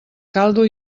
caldo